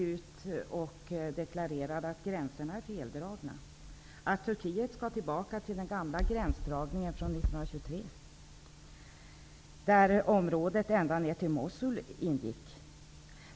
Süleyman Demirel deklarerade att gränserna är feldragna, och att Turkiet anser att den gamla gränsdragningen från 1923 skall gälla, i vilken området ända ner till Mosul ingår.